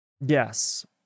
Yes